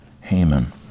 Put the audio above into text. Haman